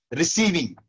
receiving